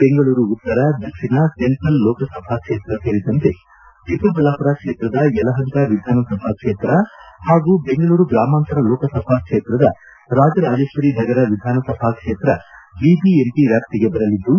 ಬೆಂಗಳೂರು ಉತ್ತರ ದಕ್ಷಿಣ ಸೆಂಟ್ರಲ್ ಲೋಕಸಭಾ ಕ್ಷೇತ್ರ ಸೇರಿದಂತೆ ಚಿಕ್ಕಬಳ್ಳಾಮರ ಕ್ಷೇತ್ರದ ಯಲಹಂಕ ವಿಧಾನಸಭಾ ಕ್ಷೇತ್ರ ಪಾಗೂ ಬೆಂಗಳೂರು ಗ್ರಾಮಾಂತರ ಲೋಕಸಭಾ ಕ್ಷೇತ್ರದ ರಾಜರಾಜೇಶ್ವರಿ ನಗರ ವಿಧಾನಸಭಾ ಕ್ಷೇತ್ರ ಐಐಎಂಪಿ ವ್ಯಾಪ್ತಿಗೆ ಬರಲಿದ್ದು